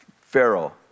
Pharaoh